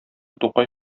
тукай